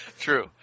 True